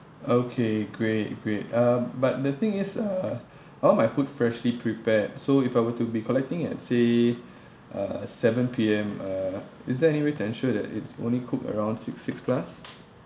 okay great great uh but the thing is uh I want my food freshly prepared so if I were to be collecting at say uh seven P_M uh is there any way to ensure that it's only cook around six six plus